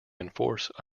enforce